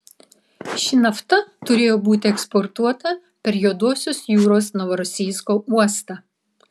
ši nafta turėjo būti eksportuota per juodosios jūros novorosijsko uostą